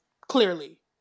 clearly